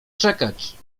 czekać